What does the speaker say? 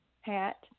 hat